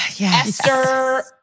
Esther